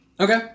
Okay